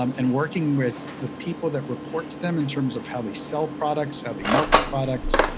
um and working with the people that report to them in terms of how they sell products, how they market products,